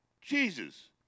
Jesus